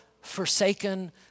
forsaken